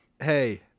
Hey